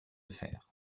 faire